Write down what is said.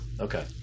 Okay